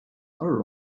are